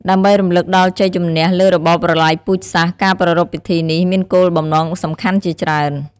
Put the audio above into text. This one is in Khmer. ដើម្បីរំឭកដល់ជ័យជម្នះលើរបបប្រល័យពូជសាសន៍ការប្រារព្ធពិធីនេះមានគោលបំណងសំខាន់ជាច្រើន។